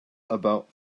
about